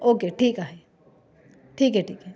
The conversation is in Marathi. ओके ठीक आहे ठीक आहे ठीक आहे